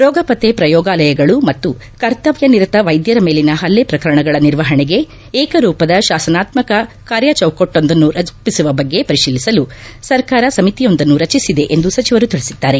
ರೋಗ ಪತ್ತೆ ಪ್ರಯೋಗಾಲಯಗಳು ಮತ್ತು ಕರ್ತವ್ಯ ನಿರಿತ ವೈದ್ಯರ ಮೇಲಿನ ಹಲ್ಲೆ ಪ್ರಕರಣಗಳ ನಿರ್ವಹಣೆಗೆ ಏಕರೂಪದ ಶಾಸನಾತ್ಮಕ ಕಾರ್ಯಚೌಕಟ್ಟೊಂದನ್ನು ರೂಪಿಸುವ ಬಗ್ಗೆ ಪರಿಶೀಲಿಸಲು ಸರ್ಕಾರ ಸಮಿತಿಯೊಂದನ್ನು ರಚಿಸಿದೆ ಎಂದು ಸಚಿವರು ತಿಳಿಸಿದ್ದಾರೆ